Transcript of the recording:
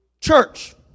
church